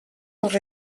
dels